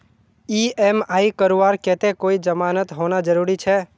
EMI करवार केते कोई जमानत होना जरूरी छे?